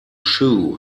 shoe